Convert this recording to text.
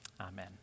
Amen